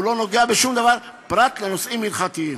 הוא לא נוגע בשום דבר פרט לנושאים הלכתיים.